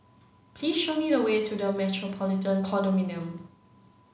please show me the way to The Metropolitan Condominium